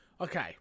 okay